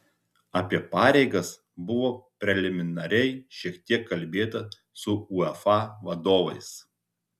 apie pareigas buvo preliminariai šiek tiek kalbėta su uefa vadovais